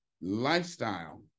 lifestyle